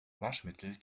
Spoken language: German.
waschmittel